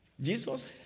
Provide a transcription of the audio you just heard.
Jesus